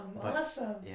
Awesome